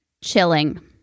chilling